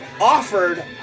offered